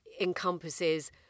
encompasses